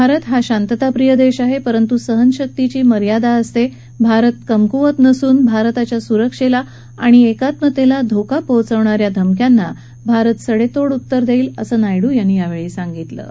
भारत हा शांतताप्रिय देश आहे परंतू सहनशक्तीची एक सीमा असते भारत कमकुवत नसून भारताच्या सुरक्षेला आणि एकात्मतेला धोका पोहोचवणा या धमक्यांना भारत सडेतोड उत्तर देईल असं नायडू यांनी यावेळी म्हटलं आहे